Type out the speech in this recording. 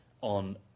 on